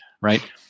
Right